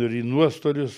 ir į nuostolius